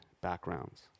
backgrounds